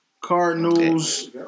Cardinals